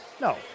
No